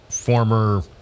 former